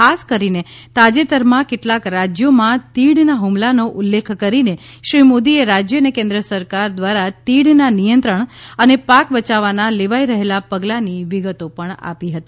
ખાસ કરીને તાજેતરમાં કેટલાક રાજ્યોમાં તીડના ફમલાનો ઉલ્લેખ કરીને શ્રી મોદીએ રાજ્ય અને કેન્દ્ર સરકાર દ્વારા તીડના નિયંત્રણ અને પાક બચાવવાના લેવાઇ રહેલા પગલાંની વિગતો પણ આપી હતી